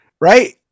right